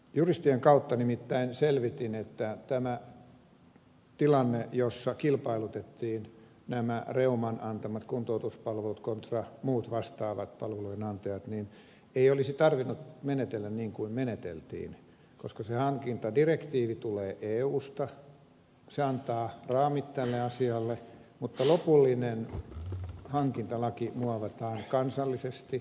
juristien kautta nimittäin selvitin että tässä tilanteessa jossa kilpailutettiin nämä reuman antamat kuntoutuspalvelut kontra muut vastaavat palvelujen antajat ei olisi tarvinnut menetellä niin kuin meneteltiin koska se hankintadirektiivi tulee eusta se antaa raamit tälle asialle mutta lopullinen hankintalaki muovataan kansallisesti